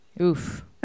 oof